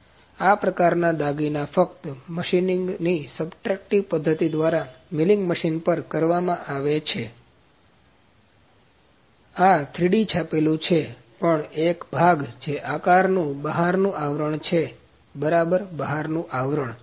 તેથી આ પ્રકારના દાગીના પણ ફક્ત મશીનિગની સબસ્ટ્રેટિવ પધ્ધતિ દ્વારા મિલિંગ મશીન પર કરવામાં આવે છે તેથી આ 3D છાપેલું છે પણ એક ભાગ જે આકારનું બહારનું આવરણ છે બરાબર બહારનું આવરણ